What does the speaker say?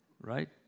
right